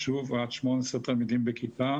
עד 18 תלמידים בכיתה